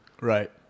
right